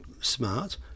smart